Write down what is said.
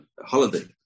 holiday